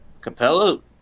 Capello